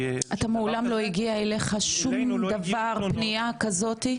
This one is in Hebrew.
--- מעולם לא הגיע אליך שום דבר פנייה כזאתי?